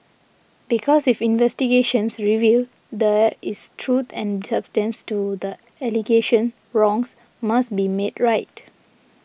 because if investigations reveal there is truth and substance to the allegations wrongs must be made right